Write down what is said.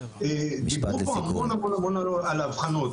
דיברו על הבחנות,